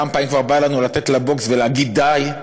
כמה פעמים כבר בא לנו לתת לה בוקס ולהגיד: די,